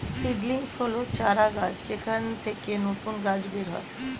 seedlings হল চারাগাছ যেখান থেকে নতুন গাছ বের হয়